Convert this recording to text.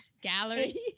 Gallery